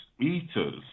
eaters